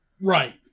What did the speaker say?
Right